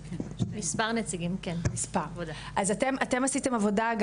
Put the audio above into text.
אז אתם עשיתם עבודה,